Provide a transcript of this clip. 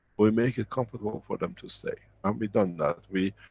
we make it comfortable for them to stay and we done that. we,